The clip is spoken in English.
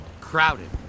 Crowded